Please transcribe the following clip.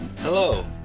Hello